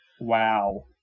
Wow